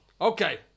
Okay